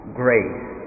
grace